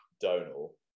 Donal